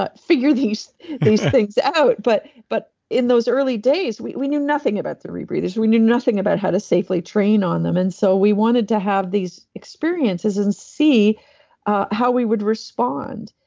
but figure these these things out, but but in those early days, we we knew nothing about the rebreathers. we knew nothing about how to safely train on them, and so we wanted to have these experiences and see ah how we would respond.